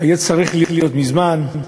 היה צריך להיות מזמן.